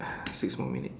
six more minute